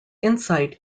insight